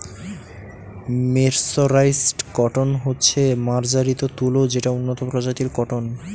mercerised cotton হচ্ছে মার্জারিত তুলো যেটা উন্নত প্রজাতির কট্টন